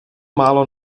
málo